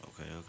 Okay